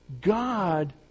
God